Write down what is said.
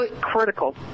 critical